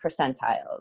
percentiles